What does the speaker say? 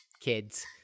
Kids